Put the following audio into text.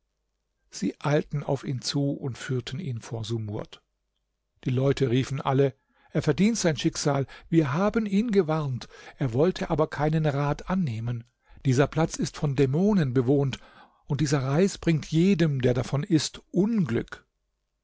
sie eilten auf ihn zu und führten ihn vor sumurd die leute riefen alle er verdient sein schicksal wir haben ihn gewarnt er wollte aber keinen rat annehmen dieser platz ist von dämonen bewohnt und dieser reis bringt jedem der davon ißt unglück